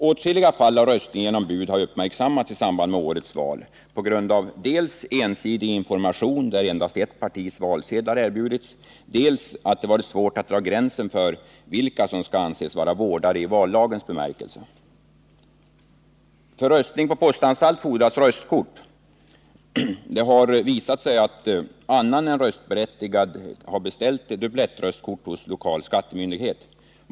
Åtskilliga fall av röstning genom bud har uppmärksammats i samband med årets val på grund av dels ensidig information, där endast ett partis valsedlar erbjudits, dels att det varit svårt att dra gränsen för vilka som skall anses vara vårdare i vallagens bemärkelse. För röstning på postanstalt fordras röstkort. Det har visat sig att annan än röstberättigad har beställt dubblettröstkort hos lokal skattemyndighet.